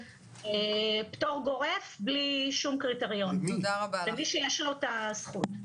פטור גורף בלי שום קריטריון למי שיש לו את הזכות.